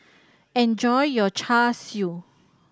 enjoy your Char Siu